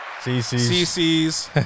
CC's